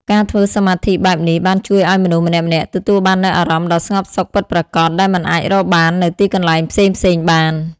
ការធ្វើសមាធិបែបនេះបានជួយឲ្យមនុស្សម្នាក់ៗទទួលបាននូវអារម្មណ៍ដ៏ស្ងប់សុខពិតប្រាកដដែលមិនអាចរកបាននៅទីកន្លែងផ្សេងៗបាន។